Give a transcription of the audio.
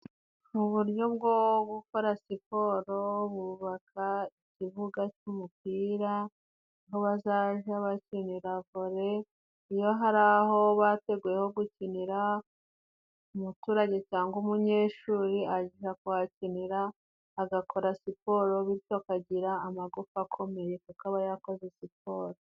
Mu buryo bwo gukora siporo, bubaka ikibuga cy'umupira, aho bazaja bakinira vole. Iyo hari aho bateguye ho gukinira, umuturage cyangwa umunyeshuri aja kuhakinera, agakora siporo bityo akagira amagufa akomeye kuko aba yakoze siporo.